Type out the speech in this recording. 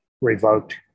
revoked